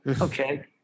Okay